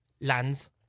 Lands